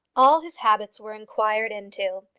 all his habits were inquired into.